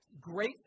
Great